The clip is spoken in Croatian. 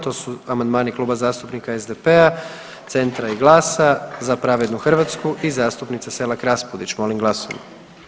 To su amandmani Kluba zastupnika SDP-a, Centra i GLAS-a, Za pravednu Hrvatsku i zastupnice Selak Raspudić, molim glasujmo.